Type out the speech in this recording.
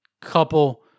couple